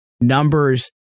numbers